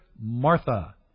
Martha